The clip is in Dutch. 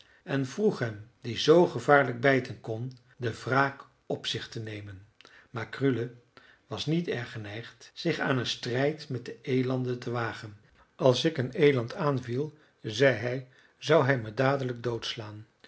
en vroeg hem die zoo gevaarlijk bijten kon de wraak op zich te nemen maar krule was niet erg geneigd zich aan een strijd met de elanden te wagen als ik een eland aanviel zei hij zou hij me dadelijk doodslaan